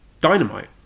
Dynamite